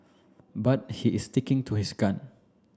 but he is sticking to his gun